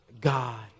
God